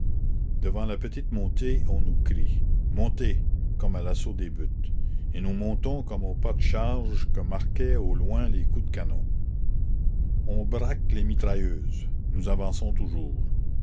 devant la petite montée on nous crie montez comme à l'assaut des buttes et nous montons comme au pas de charge que marquaient au loin les coups de canon on braque les mitrailleuses nous avançons toujours